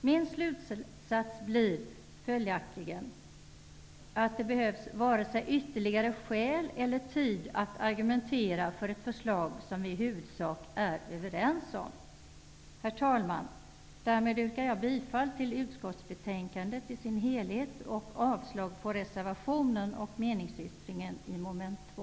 Min slutsats blir följaktligen att det behövs vare sig ytterligare skäl eller tid att argumentera för ett förslag som vi i huvudsak är överens om. Herr talman! Därmed yrkar jag bifall till utskottets hemställan i sin helhet och avslag på reservationen och meningsyttringen under mom. 2.